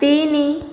ତିନି